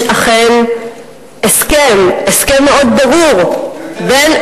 יש אכן הסכם מאוד ברור בין,